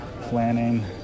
planning